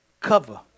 cover